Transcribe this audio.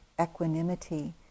equanimity